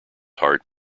heart